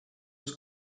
was